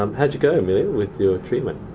um how'd you go, amelia, with your treatment?